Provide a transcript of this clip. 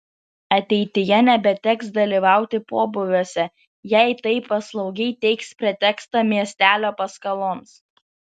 ateityje nebeteks dalyvauti pobūviuose jei taip paslaugiai teiks pretekstą miestelio paskaloms